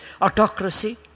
autocracy